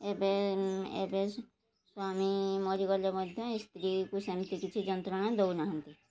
ଏବେ ଏବେ ସ୍ୱାମୀ ମରିଗଲେ ମଧ୍ୟ ସ୍ତ୍ରୀକୁ ସେମିତି କିଛି ଯନ୍ତ୍ରଣା ଦେଉନାହାନ୍ତି